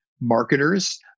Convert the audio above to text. marketers